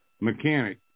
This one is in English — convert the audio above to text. mechanic